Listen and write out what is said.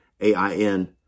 A-I-N